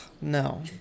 no